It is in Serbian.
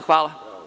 Hvala.